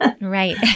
Right